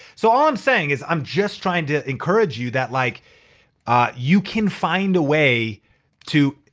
so all i'm saying is, i'm just trying to encourage you that like ah you can find a way to.